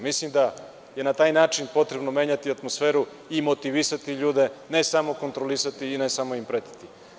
Mislim da je na taj način potrebno menjati atmosferu i motivisati ljude, a ne samo kontrolisati i pretiti.